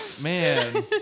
man